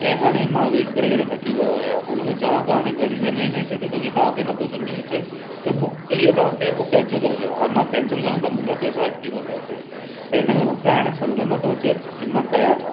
ऐं हाणे मां वेट करे करे थकी पियो आहियां हुनखे चवां थो हाणे घणी देरि में ईंदे चए थो की तव्हांखे न थो सम्झि में अचे त बुक कई आहे तव्हां उहो कैब उहो कैंसिल करे छॾियो हाणे मां कैंसिल कंदा त मुंहिंजा पैसा अटकी पवंदा हिते त हिनमें मूंखे हाणे सम्झि में न थो अचे की मां कयां छा